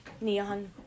neon